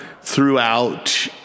throughout